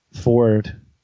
Ford